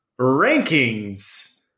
rankings